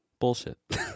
Bullshit